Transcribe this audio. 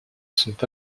sont